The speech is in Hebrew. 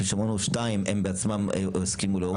שתיים הם הסכימו להוריד.